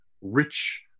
rich